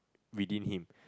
within him